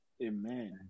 Amen